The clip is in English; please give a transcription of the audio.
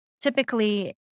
typically